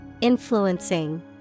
influencing